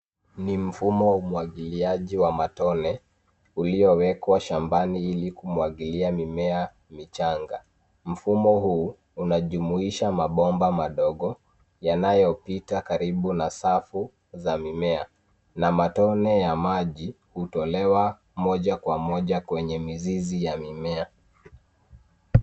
Ni mfumo wa umwangiliaji wa matone uliowekwa shambani ili kumwangilia mimea michanga. Mfumo huu unajumuisha mabomba madogo yanayopita karibu na safu za mimea na matone ya maji hutolewa moja kwa moja kwenye mizizi ya mimea.